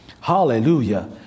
hallelujah